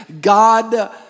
God